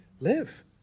live